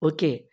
Okay